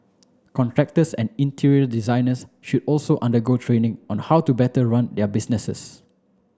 contractors and interior designers should also undergo training on how to better run their businesses